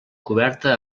coberta